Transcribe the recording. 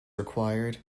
required